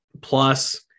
plus